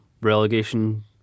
relegation